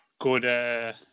good